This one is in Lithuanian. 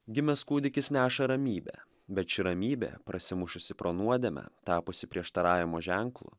gimęs kūdikis neša ramybę bet ši ramybė prasimušusi pro nuodėmę tapusi prieštaravimo ženklu